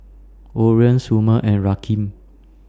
Oren Somer and Rakeem